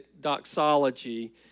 doxology